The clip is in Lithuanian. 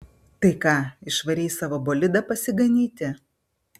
tai ką išvarei savo bolidą pasiganyti